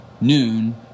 noon